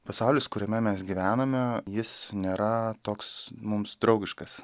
pasaulis kuriame mes gyvename jis nėra toks mums draugiškas